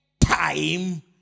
time